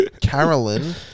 Carolyn